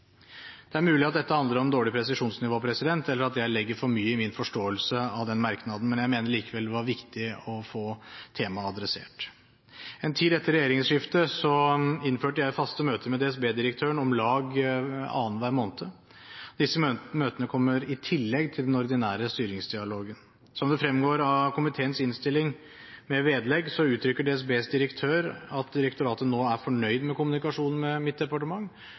Det er mulig at dette handler om dårlig presisjonsnivå, eller at jeg legger for mye i min forståelse av den merknaden, men jeg mener likevel det var viktig å få temaet adressert. En tid etter regjeringsskiftet innførte jeg faste møter med DSB-direktøren om lag annenhver måned. Disse møtene kommer i tillegg til den ordinære styringsdialogen. Som det fremgår av komiteens innstilling med vedlegg, uttrykker DSBs direktør at direktoratet nå er fornøyd med kommunikasjonen med mitt departement,